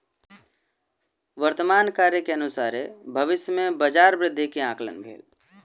वर्तमान कार्य के अनुसारे भविष्य में बजार वृद्धि के आंकलन भेल